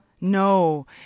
No